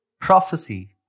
prophecy